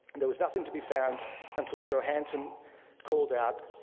there was nothing to be found until johanson called out,